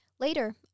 Later